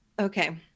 Okay